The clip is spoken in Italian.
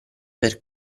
per